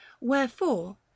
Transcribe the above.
wherefore